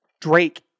Drake